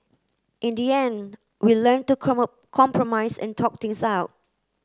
in the end we learnt to compromise and talk things out